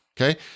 okay